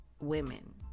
women